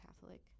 Catholic